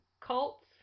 cults